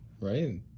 right